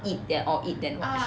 eat there or eat then watch